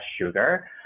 sugar